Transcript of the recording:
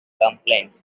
complaints